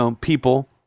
people